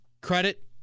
credit